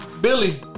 Billy